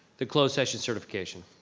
the closed session certification.